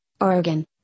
Oregon